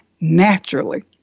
Naturally